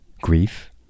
Grief